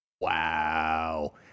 wow